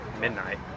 midnight